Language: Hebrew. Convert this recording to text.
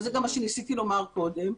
וזה גם מה שניסיתי לומר קודם,